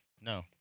No